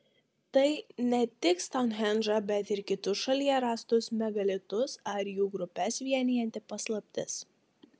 tai ne tik stounhendžą bet ir kitus šalyje rastus megalitus ar jų grupes vienijanti paslaptis